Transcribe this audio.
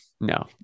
no